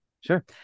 Sure